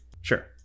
Sure